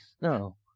no